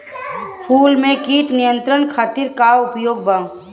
फूल में कीट नियंत्रण खातिर का उपाय बा?